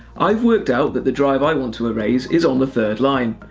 i've worked out that the drive i want to erase is on the third line,